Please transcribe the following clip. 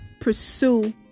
pursue